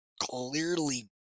Clearly